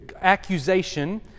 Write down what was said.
accusation